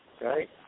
Right